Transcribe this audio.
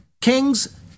Kings